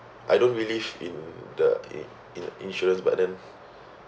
I don't believe in the i~ in insurance but then